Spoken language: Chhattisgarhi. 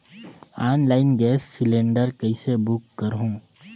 ऑनलाइन गैस सिलेंडर कइसे बुक करहु?